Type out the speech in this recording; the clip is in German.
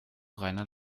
reiner